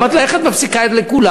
אמרתי לה: איך את מפסיקה לכולם?